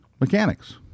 mechanics